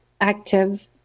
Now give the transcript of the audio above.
active